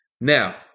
now